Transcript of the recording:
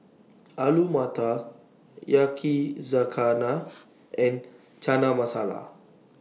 Alu Matar Yakizakana and Chana Masala